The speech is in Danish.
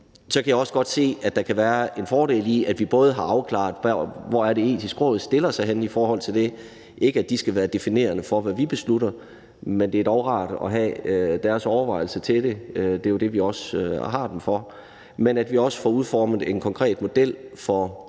kan jeg også godt se, at der kan være en fordel i, at vi både har afklaret, hvor Det Etiske Råd stiller sig i forhold til det, ikke fordi det skal være definerende for, hvad vi beslutter, men det er dog rart at have deres overvejelser af det – det er jo også det, vi har dem for – men at vi også får udformet en konkret model for